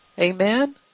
Amen